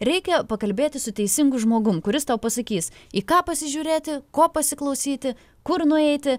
reikia pakalbėti su teisingu žmogum kuris tau pasakys į ką pasižiūrėti ko pasiklausyti kur nueiti